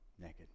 Naked